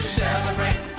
celebrate